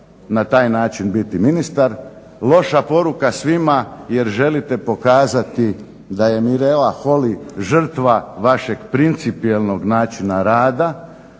na taj način biti ministar, loša poruka svima jer želite pokazati da je Mirela Holly žrtva vašeg principijelnog načina rada.